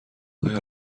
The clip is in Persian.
آیا